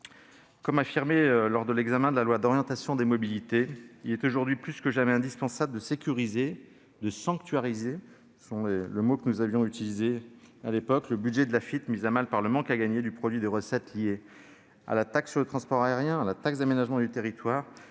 déjà affirmé lors de l'examen du projet de loi d'orientation des mobilités, il est aujourd'hui plus que jamais indispensable de sécuriser en le « sanctuarisant »- c'est le mot que nous avions utilisé à l'époque -le budget de l'Afitf, mis à mal par le manque à gagner en matière de recettes concernant la taxe sur le transport aérien, la taxe d'aménagement du territoire